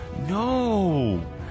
No